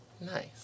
Nice